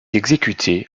exécuté